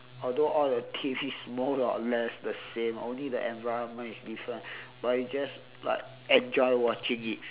although all the T_V is more or less the same only the environment is different but you just like enjoy watching it